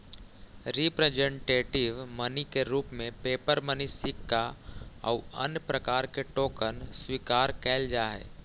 representative money के रूप में पेपर मनी सिक्का आउ अन्य प्रकार के टोकन स्वीकार कैल जा हई